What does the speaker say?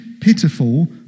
pitiful